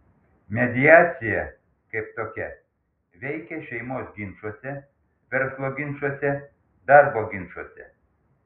mediacija kaip tokia veikia šeimos ginčuose verslo ginčuose darbo ginčuose